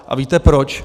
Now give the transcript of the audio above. A víte proč?